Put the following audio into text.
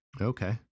okay